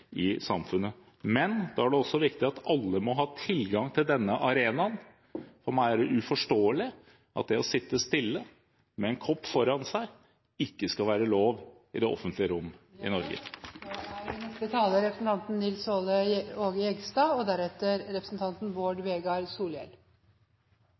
i samfunnet. Men da er det også viktig at alle må ha tilgang til denne arenaen. For meg er det uforståelig at det å sitte stille med en kopp foran seg ikke skal være lov i det offentlige rom i Norge. Norge er